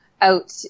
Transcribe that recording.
out